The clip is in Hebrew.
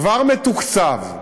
כבר מתוקצבת,